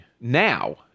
now